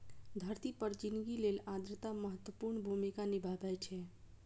धरती पर जिनगी लेल आर्द्रता महत्वपूर्ण भूमिका निभाबै छै